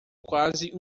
quase